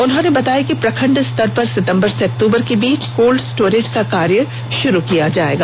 उन्होंने बताया कि प्रखंड स्तर पर सितंबर से अक्टूबर के बीच कोल्ड स्टोरेज का कार्य शुरू किया जायेगा